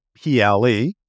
PLE